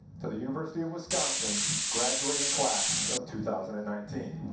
to the university of wisconsin graduating class of two thousand and nineteen.